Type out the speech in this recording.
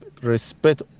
respect